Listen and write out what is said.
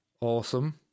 Awesome